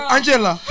Angela